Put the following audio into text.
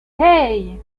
hey